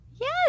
yes